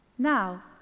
Now